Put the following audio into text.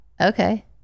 Okay